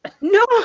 No